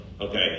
okay